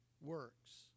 works